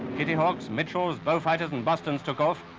kitty hawks, mitchells, beaufighters, and bostons took off.